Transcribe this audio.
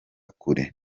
kure